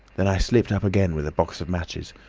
then i slipped up again with a box of matches,